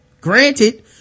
Granted